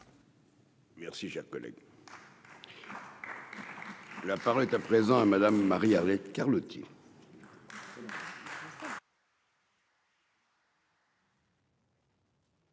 Merci, cher collègue. La parole est à présent à Madame Marie-Arlette Carlotti.